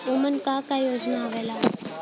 उमन का का योजना आवेला?